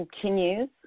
continues